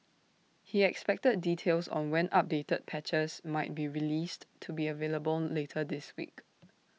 he expected details on when updated patches might be released to be available later this week